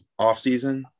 offseason